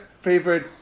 favorite